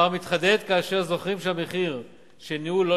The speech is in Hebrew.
הפער מתחדד כאשר זוכרים שהמחיר של ניהול לא